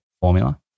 formula